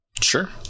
Sure